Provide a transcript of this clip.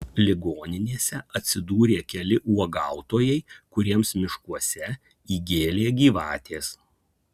ligoninėse atsidūrė keli uogautojai kuriems miškuose įgėlė gyvatės